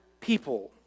people